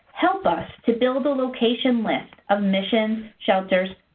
help us to build a location list of missions, shelters,